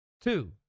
Two